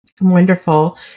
Wonderful